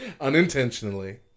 Unintentionally